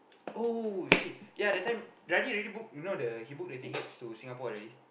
oh shit ya that time already book you know the he book the tickets to Singapore already